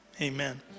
Amen